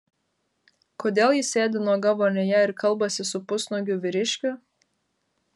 kodėl ji sėdi nuoga vonioje ir kalbasi su pusnuogiu vyriškiu